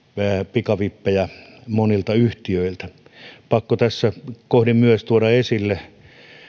pikavippejä monilta yhtiöiltä pakko tässä kohdin myös tuoda esille